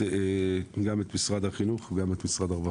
את משרד החינוך וגם את משרד הרווחה.